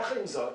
יחד עם זאת,